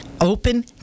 Open